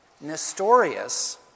Nestorius